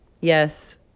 Yes